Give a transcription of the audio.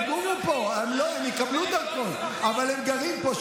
הם יקבלו דרכון, אבל הם גרים פה.